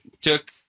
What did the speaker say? Took